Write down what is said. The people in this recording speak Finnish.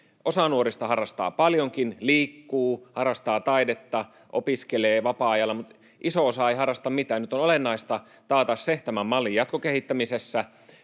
Osa nuorista harrastaa paljonkin, liikkuu, harrastaa taidetta, opiskelee vapaa-ajalla, mutta iso osa ei harrasta mitään. Nyt on olennaista taata tämän mallin jatkokehittämisessä